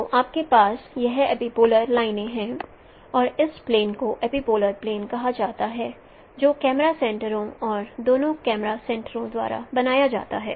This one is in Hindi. तो आपके पास यह एपिपोलर लाइनें हैं और इस प्लेन को एपिपोलर प्लेन कहा जाता है जो कैमरा सेंटरो और दोनों कैमरा सेंटरो द्वारा बनाया जाता है